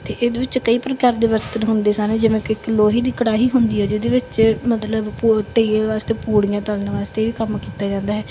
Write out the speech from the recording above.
ਅਤੇ ਇਹਦੇ ਵਿੱਚ ਕਈ ਪ੍ਰਕਾਰ ਦੇ ਬਰਤਨ ਹੁੰਦੇ ਸਨ ਜਿਵੇਂ ਕਿ ਇੱਕ ਲੋਹੇ ਦੀ ਕੜਾਹੀ ਹੁੰਦੀ ਹੈ ਜਿਹਦੇ ਵਿੱਚ ਮਤਲਬ ਵਾਸਤੇ ਪੂੜੀਆਂ ਤਲਨ ਵਾਸਤੇ ਵੀ ਕੰਮ ਕੀਤਾ ਜਾਂਦਾ ਹੈ